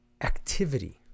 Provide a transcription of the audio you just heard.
activity